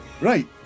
Right